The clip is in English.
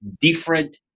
different